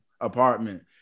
apartment